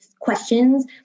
questions